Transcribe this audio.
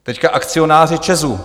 Teď akcionáři ČEZu.